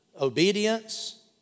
obedience